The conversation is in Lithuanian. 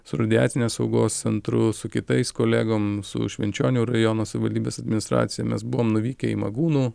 su radiacinio saugos centru su kitais kolegom su švenčionių rajono savivaldybės administracija mes buvom nuvykę į magūnų